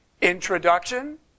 introduction